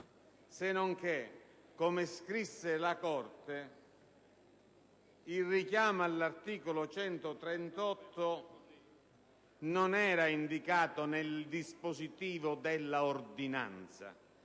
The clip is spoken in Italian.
Sennonché, come scrisse la Corte, il richiamo all'articolo 138 non era indicato nel dispositivo dell'ordinanza,